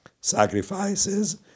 sacrifices